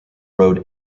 road